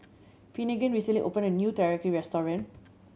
Finnegan recently opened a new Teriyaki Restaurant